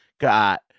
Got